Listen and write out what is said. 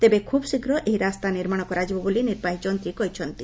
ତେବେ ଖୁବ୍ଶୀଘ୍ର ଏହି ରାସ୍ତା ନିର୍ମାଣ କରାଯିବ ବୋଲି ନିର୍ବାହୀ ଯନ୍ତ୍ରୀ କହିଛନ୍ତି